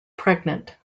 pregnant